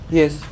yes